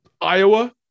Iowa